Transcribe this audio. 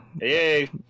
Yay